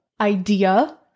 idea